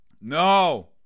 No